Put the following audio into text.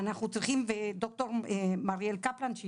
ד"ר מריאל קפלן,